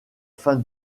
fin